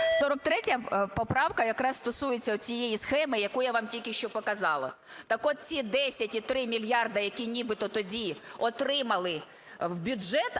43 поправка якраз стосується цієї схеми, яку я вам тільки що показала. Так от ці 10,3 мільярда, які нібито тоді отримали в бюджет,